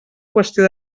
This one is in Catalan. qüestió